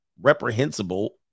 Reprehensible